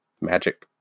magic